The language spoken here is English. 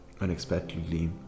unexpectedly